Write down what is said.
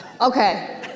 Okay